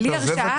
בלי הרשעה.